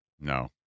No